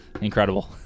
Incredible